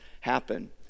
happen